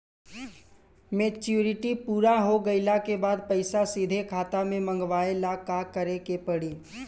Maturity पूरा हो गइला के बाद पईसा सीधे खाता में मँगवाए ला का करे के पड़ी?